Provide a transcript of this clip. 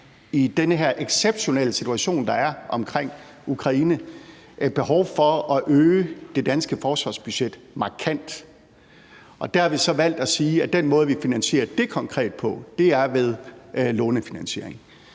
i den her exceptionelle situation, der er omkring Ukraine, behov for at øge det danske forsvarsbudget markant, og der har vi så valgt at sige, at den måde, vi konkret finansierer det på, er ved lånefinansiering.